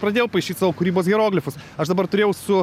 pradėjau paišyt savo kūrybos hieroglifus aš dabar turėjau su